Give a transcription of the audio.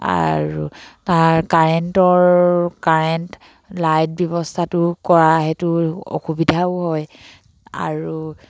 আৰু তাৰ কাৰেণ্টৰ কাৰেণ্ট লাইট ব্যৱস্থাটো কৰা সেইটো অসুবিধাও হয় আৰু